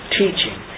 teaching